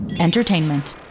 Entertainment